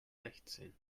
sechtzehn